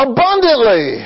Abundantly